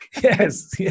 Yes